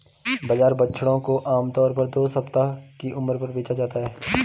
बाजार बछड़ों को आम तौर पर दो सप्ताह की उम्र में बेचा जाता है